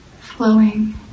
flowing